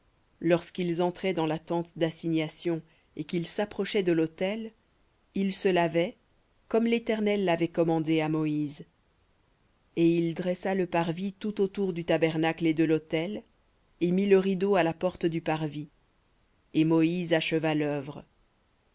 lorsqu'ils entraient dans la tente d'assignation et qu'ils s'approchaient de l'autel ils se lavaient comme l'éternel l'avait commandé à moïse et il dressa le parvis tout autour du tabernacle et de l'autel et mit le rideau à la porte du parvis et moïse acheva l'œuvre